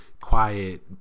quiet